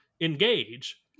engage